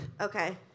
Okay